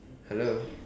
hello